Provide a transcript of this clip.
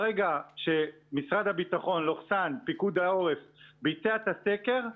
ברגע שמשרד הביטחון/פיקוד העורף ביצע את הסקר,